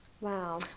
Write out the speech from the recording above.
Wow